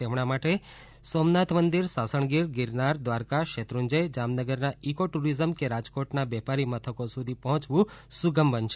તેમના માટે સોમનાથ મંદિર સાસણગીર ગીરનાર દ્વારકા શેત્રુંજય જામનગરના ઇકો ટુરીઝમ કે રાજકોટના વેપારી મથકો સુધી પહોયવું સુગમ બનશે